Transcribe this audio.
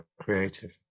creative